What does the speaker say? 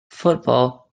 football